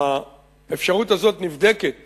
האפשרות הזאת נבדקת